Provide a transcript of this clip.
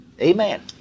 Amen